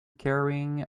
carrying